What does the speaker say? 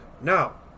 Now